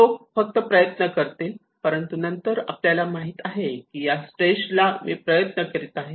लोक फक्त प्रयत्न करतील परंतु नंतर आपल्याला माहित असेल की या स्टेज ला मी प्रयत्न करीत आहे